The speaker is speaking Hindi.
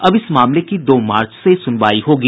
अब इस मामले की दो मार्च से सुनवाई होगी